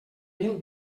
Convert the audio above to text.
mil